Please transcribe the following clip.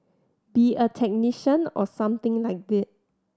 be a technician or something like they